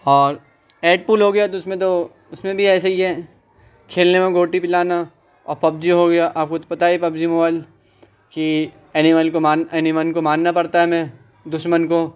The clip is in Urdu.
اور ایٹ پول ہوگیا تو اس میں تو اس میں بھی ایسے ہی ہے کھیلنے میں گوٹی پلانا اور پب جی ہوگیا آپ کو تو پتہ ہی ہے پب جی موبائل کہ انیمل کو مارنا انیمل کو مارنا پڑتا ہے ہمیں دشمن کو